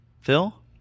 Phil